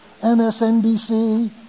MSNBC